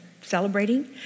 celebrating